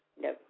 no